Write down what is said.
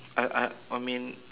I I I mean